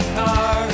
car